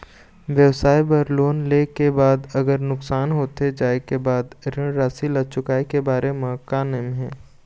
व्यवसाय बर लोन ले के बाद अगर नुकसान होथे जाय के बाद ऋण राशि ला चुकाए के बारे म का नेम हे?